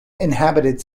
inhabited